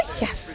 yes